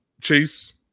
Chase